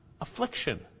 affliction